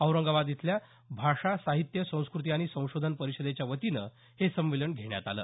औरंगाबाद इथल्या भाषा साहित्य संस्कृती आणि संशोधन परिषदेच्या वतीनं हे संमेलन घेण्यात आलं